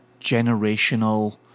generational